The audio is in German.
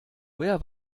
woher